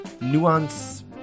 nuance